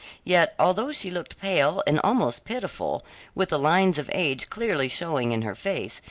yet although she looked pale and almost pitiful with the lines of age clearly showing in her face,